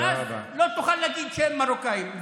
ואז לא תוכל להגיד שאין מרוקאים.